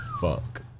Fuck